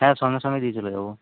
হ্যাঁ সঙ্গে সঙ্গে দিয়ে চলে যাবো